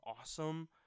awesome